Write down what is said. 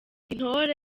intore